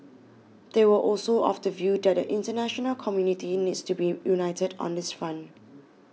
they were also of the view that the international community needs to be united on this front